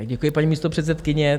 Děkuji, paní místopředsedkyně.